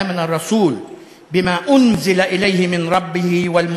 גם קרענו וגם